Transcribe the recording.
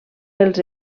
pels